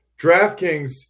DraftKings